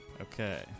Okay